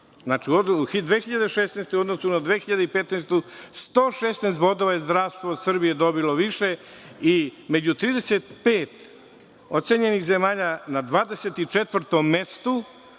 Znači, 2016. u odnosu na 2015. godinu, 116 bodova je zdravstvo Srbije dobilo više i među 35 ocenjenih zemalja na 24. mestu,